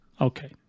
okay